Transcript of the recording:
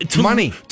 money